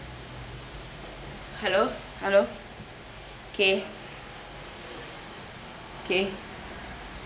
hello hello kay kay